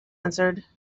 answered